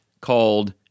called